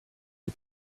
you